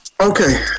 Okay